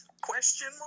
question